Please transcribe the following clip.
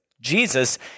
Jesus